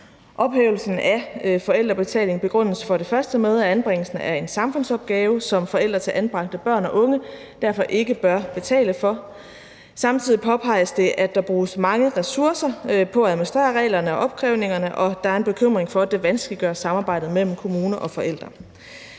Ophævelsen af forældrebetaling begrundes for det første med, at anbringelsen er en samfundsopgave, som forældre til børn og unge derfor ikke bør betale for. For det andet påpeges det, at der samtidig bruges mange ressourcer på at administrere reglerne og på opkrævninger, og at der er en bekymring for, at det vanskeliggør samarbejdet mellem kommune og forældre.